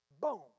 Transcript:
Boom